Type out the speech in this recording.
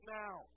now